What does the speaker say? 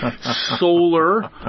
solar